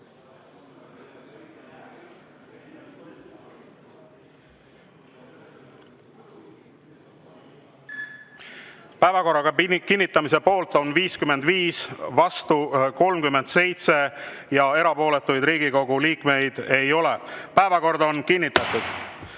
Päevakord on kinnitatud. Head